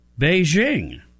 Beijing